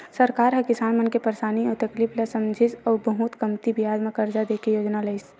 सरकार ह किसान मन के परसानी अउ तकलीफ ल समझिस अउ बहुते कमती बियाज म करजा दे के योजना लइस